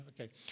Okay